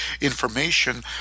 information